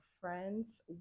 friend's